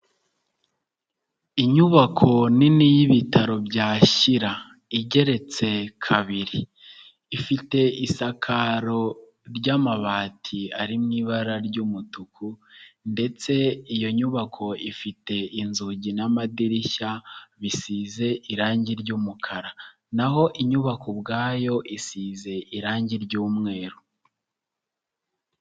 Inyubako nini y'ibitaro bya Shyira. Igeretse kabiri. Ifite isakaro ry'amabati ari mu ibara ry'umutuku ndetse iyo nyubako ifite inzugi n'amadirishya bisize irangi ry'umukara. Naho inyubako ubwayo isize irangi ry'umweru.